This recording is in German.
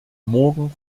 morgen